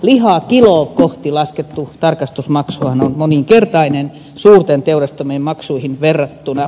lihakiloa kohti laskettu tarkastusmaksuhan on moninkertainen suurten teurastamojen maksuihin verrattuna